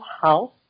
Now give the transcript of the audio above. house